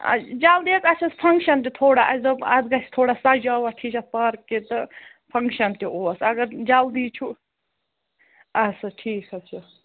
جلدی حظ اَسہِ اوس فنٛگشن تہِ تھوڑا اَسہِ دوٚپ اَتھ گَژھِ تھوڑا سَجاوَٹھ ہِش اَتھ پارکہِ تہٕ فنٛگشَن تہِ اوس اگر جلدی چھُ اَدٕ سا ٹھیٖک حظ چھُ